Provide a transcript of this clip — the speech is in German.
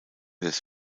des